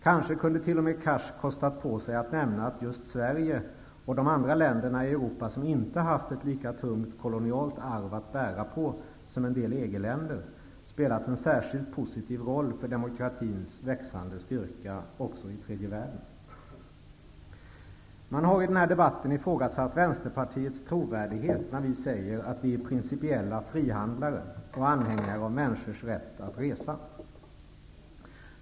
Kanske kunde Hadar Cars t.o.m. ha kostat på sig att nämna att just Sverige och de andra länderna i Europa, som inte har haft ett lika tungt kolonialt arv att bära på som en del EG-länder, spelat en särskilt positiv roll för demokratins växande styrka också i tredje världen. Man har i denna debatt ifrågasatt Vänsterpartiets trovärdighet när vi säger att vi är principiella frihandlare och anhängare av människors rätt att resa.